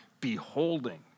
Beholding